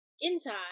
inside